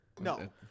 No